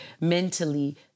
mentally